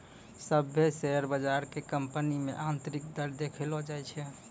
सभ्भे शेयर बजार के कंपनी मे आन्तरिक दर देखैलो जाय छै